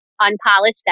Unpolished